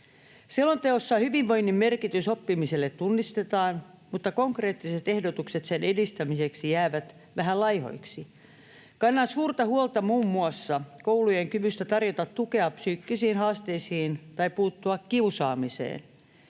Selonteossa hyvinvoinnin merkitys oppimiselle tunnistetaan, mutta konkreettiset ehdotukset sen edistämiseksi jäävät vähän laihoiksi. Kannan suurta huolta muun muassa koulujen kyvystä tarjota tukea psyykkisiin haasteisiin tai puuttua kiusaamiseen.